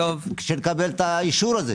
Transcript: עד שנקבל את האישור הזה.